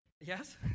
yes